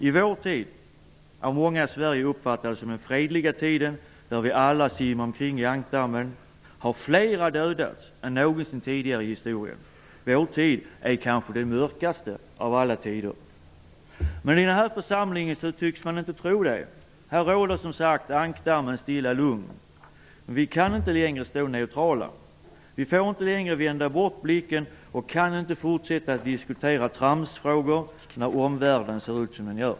I vår tid, av många i Sverige uppfattad som den fredliga tiden, då vi alla simmar omring i ankdammen, har flera dödats än någonsin tidigare i historien. Vår tid är kanske den mörkaste av alla tider. Men i den här församlingen tycks man inte tro det. Här råder, som sagt, ankdammens stilla lugn. Men vi kan inte längre stå neutrala. Vi får inte längre vända bort blicken och kan inte fortsätta att diskutera tramsfrågor när omvärlden ser ut som den gör.